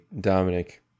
dominic